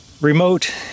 remote